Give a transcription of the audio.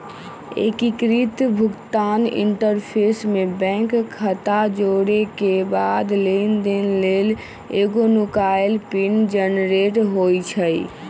एकीकृत भुगतान इंटरफ़ेस में बैंक खता जोरेके बाद लेनदेन लेल एगो नुकाएल पिन जनरेट होइ छइ